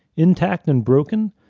intact and broken,